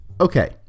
Okay